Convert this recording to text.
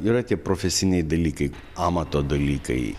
yra tie profesiniai dalykai amato dalykai